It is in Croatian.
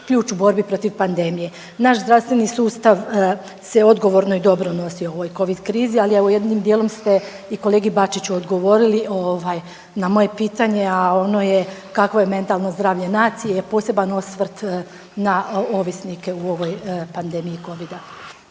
ključ u borbi protiv pandemije. Naš zdravstveni sustav se odgovorno i dobro nosi u ovoj Covid krizi, ali evo jednim dijelom ste i kolegi Bačiću odgovorili na moje pitanje a ono je kakvo je mentalno zdravlje nacije i poseban osvrt na ovisnike u ovoj pandemiji Covid-a.